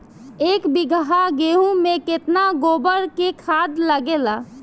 एक बीगहा गेहूं में केतना गोबर के खाद लागेला?